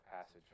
passage